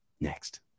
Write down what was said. Next